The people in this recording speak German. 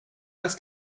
als